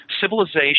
civilization